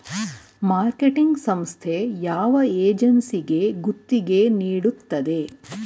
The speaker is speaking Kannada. ಮಾರ್ಕೆಟಿಂಗ್ ಸಂಸ್ಥೆ ಯಾವ ಏಜೆನ್ಸಿಗೆ ಗುತ್ತಿಗೆ ನೀಡುತ್ತದೆ?